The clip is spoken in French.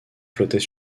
flottait